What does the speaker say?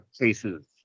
cases